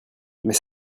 mais